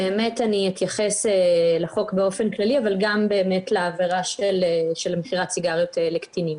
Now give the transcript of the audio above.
באמת אתייחס לחוק באופן כללי אבל גם לעבירה של מכירת סיגריות לקטינים.